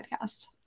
podcast